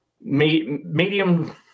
medium